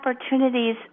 opportunities